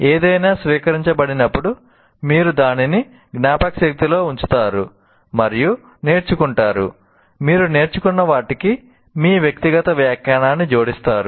ఏదైనా స్వీకరించబడినప్పుడు మీరు దానిని జ్ఞాపకశక్తిలో ఉంచుతారు మరియు నేర్చుకుంటారు మీరు నేర్చుకున్న వాటికి మీ వ్యక్తిగత వ్యాఖ్యానాన్ని జోడిస్తారు